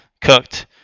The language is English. cooked